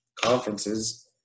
conferences